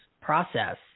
process